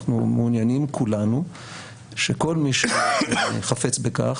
אנחנו מעוניינים כולנו שכל מי שחפץ בכך,